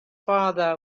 farther